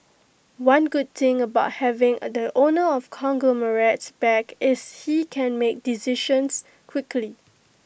one good thing about having the owner of the conglomerate back is he can make decisions quickly